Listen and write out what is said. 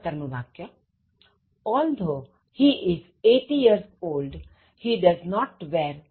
Although he is eighty years old he does not wear spectacle